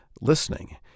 listening